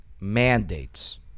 mandates